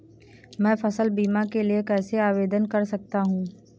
मैं फसल बीमा के लिए कैसे आवेदन कर सकता हूँ?